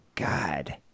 God